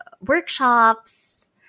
workshops